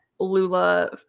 Lula